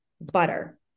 butter